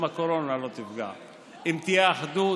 גם הקורונה לא תפגע, אם תהיה אחדות,